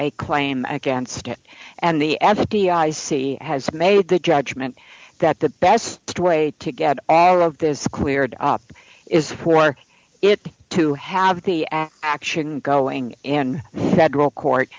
a claim against it and the f b i c has made the judgment that the best way to get all of this cleared up is for it to have the action going and federal court